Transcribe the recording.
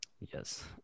Yes